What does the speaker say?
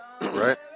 Right